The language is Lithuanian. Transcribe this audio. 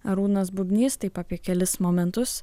arūnas bubnys taip apie kelis momentus